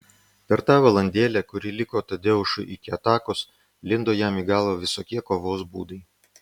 per tą valandėlę kuri liko tadeušui iki atakos lindo jam į galvą visokie kovos būdai